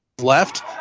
left